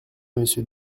monsieur